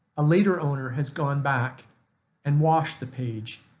a later owner has gone back and washed the page,